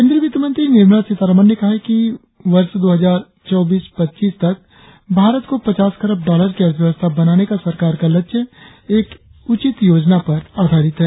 केंद्रीय वित्तमंत्री निर्मला सीरारामन ने कहा है कि दो हजार चौबीस पच्चीस तक भारत को पचास खरब डॉलर की अर्थव्यवस्था बनाने का सरकार का लक्ष्य एक उचित योजना पर आधारित है